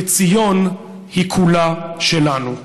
וציון היא כולה שלנו".